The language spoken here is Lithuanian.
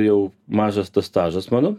jau mažas tas stažas mano